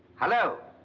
hello!